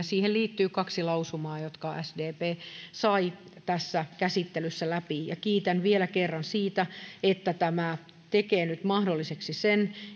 siihen liittyy kaksi lausumaa jotka sdp sai tässä käsittelyssä läpi kiitän vielä kerran siitä että tämä tekee nyt mahdolliseksi sen